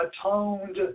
atoned